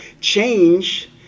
change